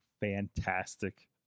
Fantastic